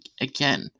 again